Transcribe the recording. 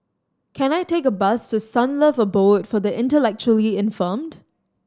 can I take a bus to Sunlove Abode for the Intellectually Infirmed